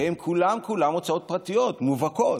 והן כולן כולן הוצאות פרטיות מובהקות.